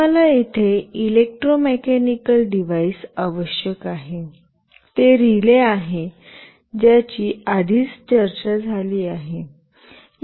आम्हाला येथे electromechanical device आवश्यक आहे ते रिले आहे ज्याची आधीच चर्चा झाली आहे